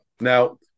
Now